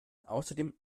außerdem